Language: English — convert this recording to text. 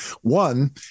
One